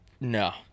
No